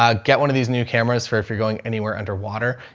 um get one of these new cameras for if you're going anywhere underwater,